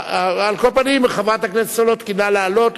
על כל פנים, חברת הכנסת סולודקין, נא לעלות.